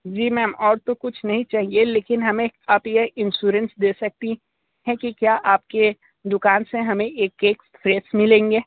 जी ma'am और तो कुछ नहीं चाहिए लेकिन हमें आप ये एश्योरेंस दे सकती हैं कि क्या आपके दुकान से हमें ये केक फ्रेश मिलेंगे